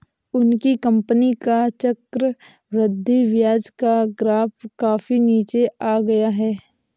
उनकी कंपनी का चक्रवृद्धि ब्याज का ग्राफ काफी नीचे आ गया है